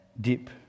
deep